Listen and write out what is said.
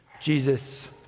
Jesus